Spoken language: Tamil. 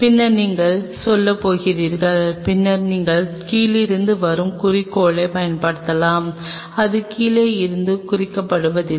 பின்னர் நீங்கள் செல்லப் போகிறீர்கள் பின்னர் நீங்கள் கீழிருந்து வரும் குறிக்கோளைப் பயன்படுத்தலாம் அது கீழே இருந்து குறிக்கப்படுவதில்லை